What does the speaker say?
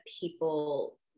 people